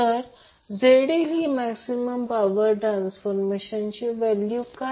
तर ZL ची maximum power ट्रान्सफरची व्हॅल्यू काय